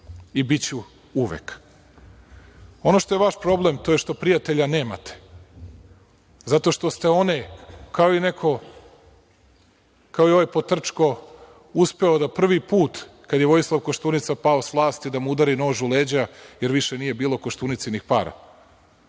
Biću uvek. Ono što je vaš problem, to je što prijatelje nemate, zato što ste one, kao i ovaj potrčko, uspeo da prvi put, kada je Vojislav Koštunica pao sa vlasti, da mu udari nož u leđa jer više nije bilo Koštunicinih para.